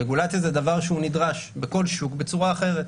רגולציה היא דבר נדרש בכל שוק בצורה אחרת.